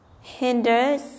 hinders